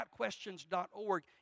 GotQuestions.org